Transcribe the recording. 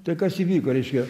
tai kas įvyko reiškia